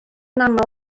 aml